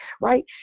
right